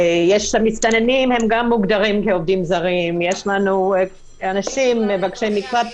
המסתננים גם מוגדרים כעובדים זרים, יש מבקשי מקלט.